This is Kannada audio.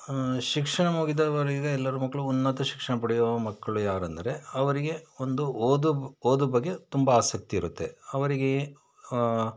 ಶಿಕ್ಷಣ ಮುಗಿದವರು ಈಗ ಎಲ್ಲರ ಮಕ್ಕಳೂ ಉನ್ನತ ಶಿಕ್ಷಣ ಪಡೆಯುವ ಮಕ್ಕಳು ಯಾರೆಂದರೆ ಅವರಿಗೆ ಒಂದು ಓದು ಓದೋ ಬಗ್ಗೆ ತುಂಬ ಆಸಕ್ತಿ ಇರುತ್ತೆ ಅವರಿಗೆ